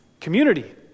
community